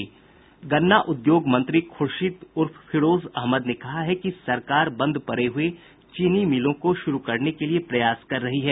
गन्ना उद्योग मंत्री खुर्शीद उर्फ फिरोज अहमद ने कहा कि सरकार बंद पडे हुए चीनी मिलों को शुरु करने के लिए प्रयास कर रही है